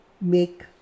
make